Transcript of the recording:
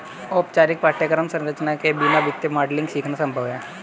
औपचारिक पाठ्यक्रम संरचना के बिना वित्तीय मॉडलिंग सीखना संभव हैं